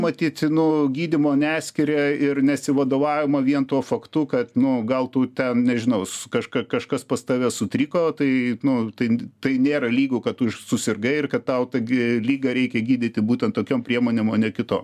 matyt nu gydymo neskiria ir nesivadovaujama vien tuo faktu kad nu gal tu ten nežinau su kažka kažkas pas tave sutriko tai nu tai n tai nėra lygu kad tu ir susirgai ir kad tau tai g ligą reikia gydyti būtent tokiom priemonėm o ne kitom